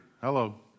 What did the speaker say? Hello